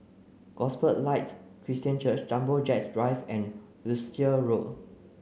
Gospel Light Christian Church Jumbo Jet Drive and Wiltshire Road